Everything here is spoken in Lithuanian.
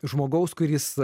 žmogaus kuris